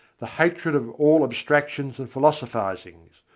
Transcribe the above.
the hatred of all abstractions and philosophizings,